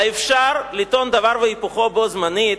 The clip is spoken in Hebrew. האפשר לטעון דבר והיפוכו בו-זמנית,